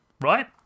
right